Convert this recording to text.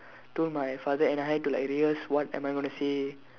told my father and I had to like rehearse what am I gonna say